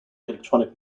electronic